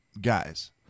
guys